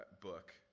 book